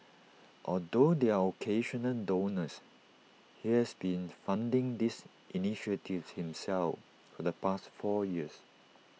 although there are occasional donors he has been funding these initiatives himself for the past four years